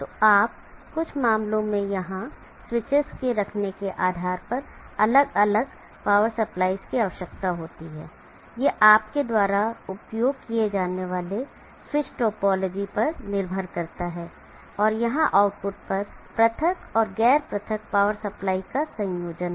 तो आपको कुछ मामलों में यहाँ स्विचस को रखने के आधार पर अलग अलग पावर सप्लाईस की आवश्यकता होती हैं यह आपके द्वारा उपयोग किए जाने वाले स्विच टोपोलॉजी पर निर्भर करता है और यहाँ आउटपुट पर पृथक और गैर पृथक पावर सप्लाई का संयोजन है